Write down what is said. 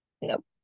Nope